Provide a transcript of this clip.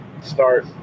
start